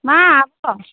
मा आब'